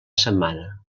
setmana